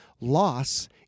Loss